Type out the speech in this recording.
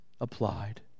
applied